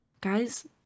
guys